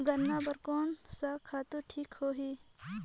गन्ना बार कोन सा खातु ठीक होही?